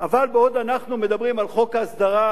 אבל בעוד אנחנו מדברים על חוק ההסדרה